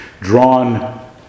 drawn